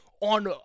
on